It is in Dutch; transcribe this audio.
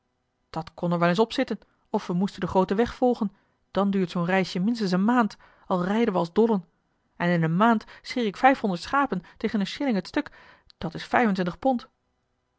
kon er wel eens op zitten of we moesten den grooten weg volgen dan duurt zoo'n reisje minstens eene maand al rijden we als dollen en in eene maand scheer ik vijfhonderd schapen tegen een schilling het stuk dat is vijfentwintig pond